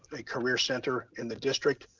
a career center in the district.